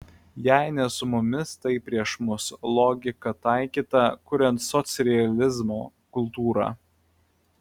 jei ne su mumis tai prieš mus logika taikyta kuriant socrealizmo kultūrą